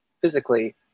physically